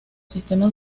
sistema